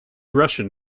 russian